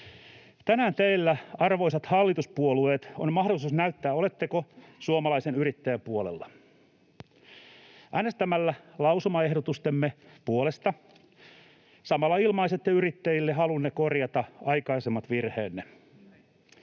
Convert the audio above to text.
Tänään teillä, arvoisat hallituspuolueet, on mahdollisuus näyttää, oletteko suomalaisen yrittäjän puolella. Äänestämällä lausumaehdotustemme puolesta samalla ilmaisette yrittäjille halunne korjata aikaisemmat virheenne.